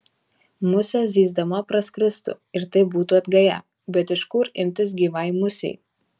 musė zyzdama praskristų ir tai būtų atgaja bet iš kur imtis gyvai musei